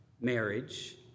marriage